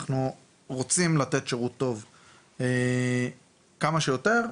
אנחנו רוצים לתת שירות טוב כמה שיותר.